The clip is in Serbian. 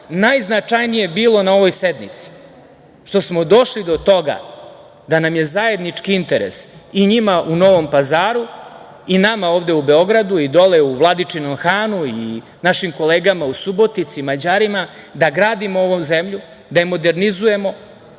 najznačajnije bilo na ovoj sednici, što smo došli do toga da nam je zajednički interes, i njima u Novom Pazaru i nama ovde u Beogradu i dole u Vladičinom Hanu i našim kolegama u Subotici, Mađarima, da gradimo ovu zemlju, da je modernizujemo,